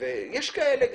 יש גם כאלה.